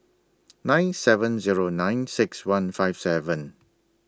nine seven Zero nine six one five seven